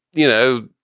you know,